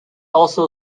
also